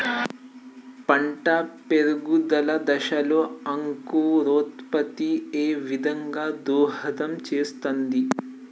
పంట పెరుగుదల దశలో అంకురోత్ఫత్తి ఏ విధంగా దోహదం చేస్తుంది?